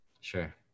Sure